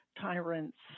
tyrants